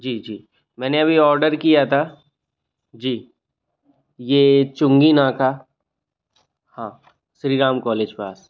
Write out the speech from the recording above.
जी जी मैंने अभी ऑर्डर किया था जी ये चुंगी नाका हाँ श्री राम कॉलेज पास